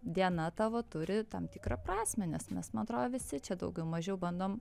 diena tavo turi tam tikrą prasmę nes mes man atrodo visi čia daugiau mažiau bandom